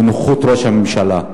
בנוכחות ראש הממשלה.